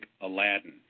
Aladdin